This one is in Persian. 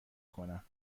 کنم